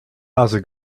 other